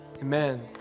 amen